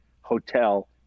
hotel